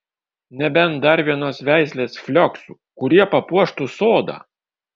nebent dar vienos veislės flioksų kurie papuoštų sodą